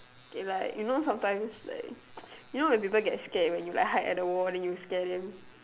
okay like you know sometimes like you know when people get scared like you hide at the wall then you scare them